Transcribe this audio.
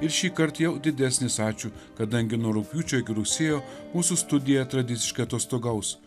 ir šįkart jau didesnis ačiū kadangi nuo rugpjūčio iki rugsėjo mūsų studija tradiciškai atostogaus